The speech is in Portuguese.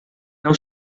não